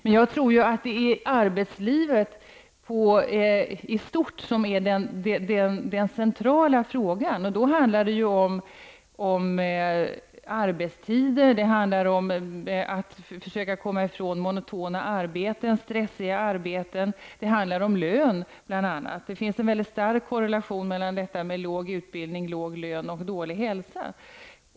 Det är arbetslivet i stort som är den centrala frågan. Det handlar då om arbetstider, om att försöka ta bort monotona arbetsuppgifter och stressiga arbeten och om lönen. Det finns en mycket stark korrelation mellan låg utbildning, låg lön och dålig hälsa.